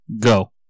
go